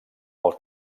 pel